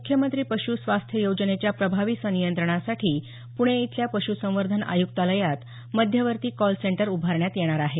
मुख्यमंत्री पश्स्वास्थ्य योजनेच्या प्रभावी संनियंत्रणासाठी पुणे इथल्या पशुसंवर्धन आयुक्तालयात मध्यवर्ती कॉल सेंटर उभारण्यात येणार आहे